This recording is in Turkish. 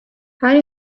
her